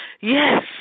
Yes